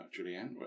Julianne